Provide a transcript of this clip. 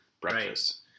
breakfast